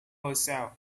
herself